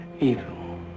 evil